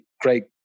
great